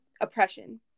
oppression